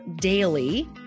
daily